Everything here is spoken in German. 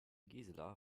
gisela